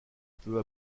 peu